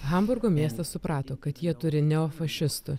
hamburgo miestas suprato kad jie turi neofašistų